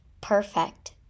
Perfect